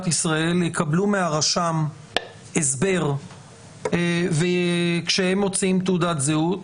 ישראל יקבלו מהרשם הסבר כשהם מוציאים תעודת זהות.